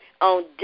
on